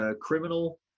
criminal